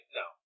no